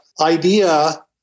idea